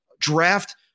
draft